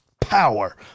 power